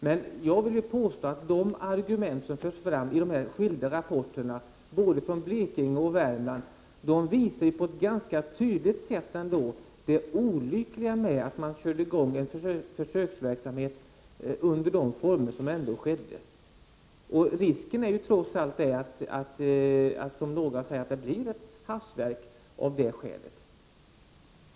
Men jag vill hävda att de argument som förts fram i skilda rapporter från Blekinge och Värmland visar på ett ganska tydligt sätt det olyckliga i att köra i gång en försöksverksamhet under de former som ändå skedde där. Risken är trots allt att det då blir ett hafsverk.